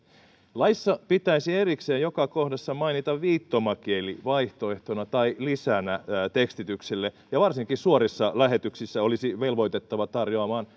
laissa pitäisi erikseen joka kohdassa mainita viittomakieli vaihtoehtona tai lisänä tekstitykselle ja varsinkin suorissa lähetyksissä olisi velvoitettava tarjoamaan